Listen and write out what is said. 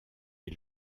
est